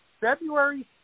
February